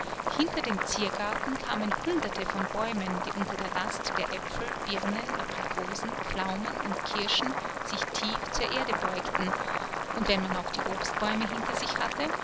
hinter dem ziergarten kamen hunderte von bäumen die unter der last der aepfel birnen aprikosen pflaumen und kirschen sich tief zur erde beugten und wenn man auch die obstbäume hinter sich hatte